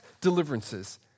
deliverances